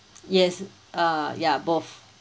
yes uh yeah both